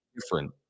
different